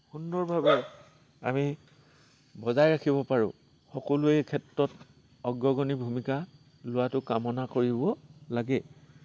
সুন্দৰভাৱে আমি বজাই ৰাখিব পাৰোঁ সকলোৱে এই ক্ষেত্ৰত অগ্ৰণী ভূমিকা লোৱাটো কামনা কৰিব লাগে